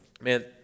man